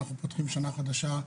אנחנו פותחים שנה חדשה.